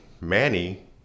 Manny